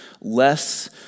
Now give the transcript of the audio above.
less